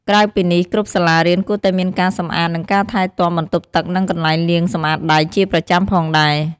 ក្រៅពីនេះគ្រប់សាលារៀនគួរតែមានការសម្អាតនិងការថែទាំបន្ទប់ទឹកនិងកន្លែងលាងសម្អាតដៃជាប្រចាំផងដែរ។